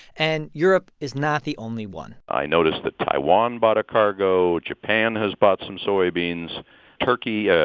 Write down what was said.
and europe is not the only one i notice that taiwan bought a cargo. japan has bought some soybeans turkey, yeah